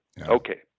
Okay